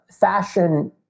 fashion